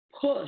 Push